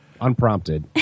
unprompted